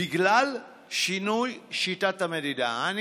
בגלל שינוי שיטת המדידה במועצה.